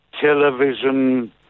television